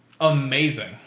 amazing